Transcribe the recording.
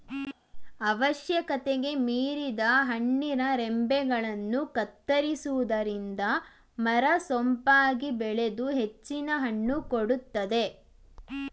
ಅವಶ್ಯಕತೆಗೆ ಮೀರಿದ ಹಣ್ಣಿನ ರಂಬೆಗಳನ್ನು ಕತ್ತರಿಸುವುದರಿಂದ ಮರ ಸೊಂಪಾಗಿ ಬೆಳೆದು ಹೆಚ್ಚಿನ ಹಣ್ಣು ಕೊಡುತ್ತದೆ